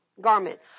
garment